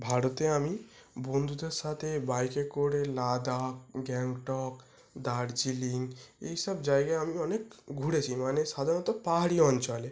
ভারতে আমি বন্ধুদের সাথে বাইকে করে লাদাখ গ্যাংটক দার্জিলিং এই সব জায়গায় আমি অনেক ঘুরেছি মানে সাধারণত পাহাড়ি অঞ্চলে